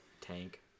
Tank